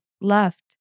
left